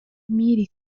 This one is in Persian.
میری